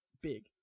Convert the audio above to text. big